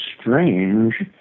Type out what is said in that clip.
strange